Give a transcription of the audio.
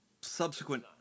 subsequent